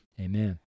Amen